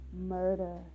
murder